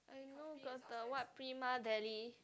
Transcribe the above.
I know got the what Prima-Deli